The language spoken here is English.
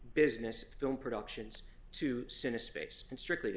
business film productions to sin a space and strictly to